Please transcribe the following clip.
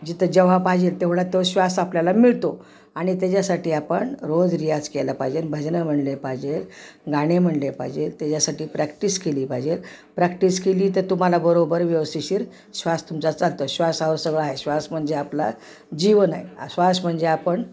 जिथं जेव्हा पाहिजेल तेवढा तो श्वास आपल्याला मिळतो आणि त्याच्यासाठी आपण रोज रियाज केला पाहिजे भजनं म्हणले पाहिजे गाणे म्हणले पाहिजे त्याच्यासाठी प्रॅक्टिस केली पाहिजे प्रॅक्टिस केली तर तुम्हाला बरोबर व्यवस्थिशीर श्वास तुमचा चालतो श्वासावर सगळं आहे श्वास म्हणजे आपला जीवन आहे श्वास म्हणजे आपण